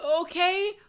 Okay